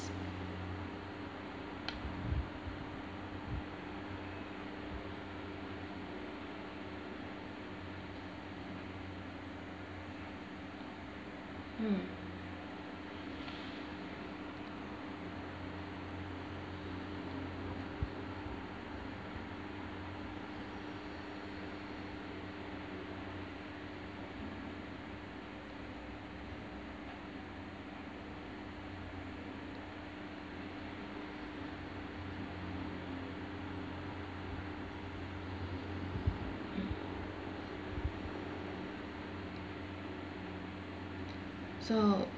mm mm so